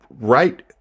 right